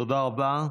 תודה רבה.